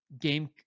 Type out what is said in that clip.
game